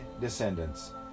descendants